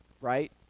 right